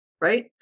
right